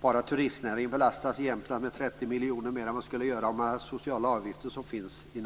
Bara turistnäringen belastas i Jämtland med 30 miljoner mer än vad som skulle vara fallet med de sociala avgifter som finns i